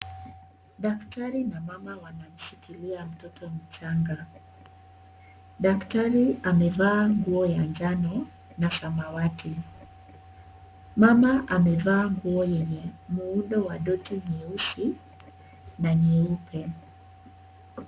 Daktari na mama wanashikilia mtoto mchanga, daktari amevaa nguo ya njano na samawati, mama amevaa nguo yenye muundo wa doti nyeusi na nyeupe.